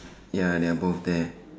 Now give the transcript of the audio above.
ya they are both there